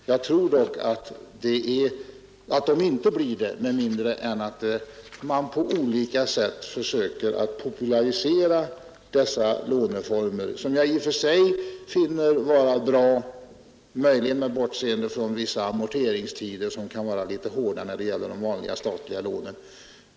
Jag tror dock att de inte blir det med mindre än att man på olika sätt försöker att popularisera dessa låneformer, som jag i och för sig finner vara bra, möjligen med bortseende från vissa amorteringstider som kan vara litet hårda när det gäller de vanliga statliga lånen.